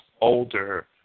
older